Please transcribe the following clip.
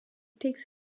takes